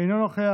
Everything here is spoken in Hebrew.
אינו נוכח.